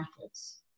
methods